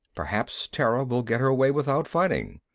perhaps terra will get her way without fighting.